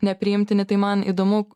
nepriimtini tai man įdomu